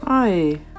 Hi